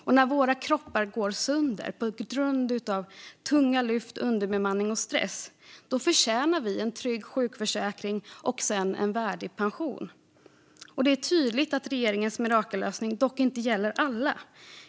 Och när våra kroppar går sönder på grund av tunga lyft, underbemanning och stress förtjänar vi en trygg sjukförsäkring och sedan en värdig pension. Det är dock tydligt att regeringens mirakellösning inte gäller alla.